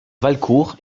valcourt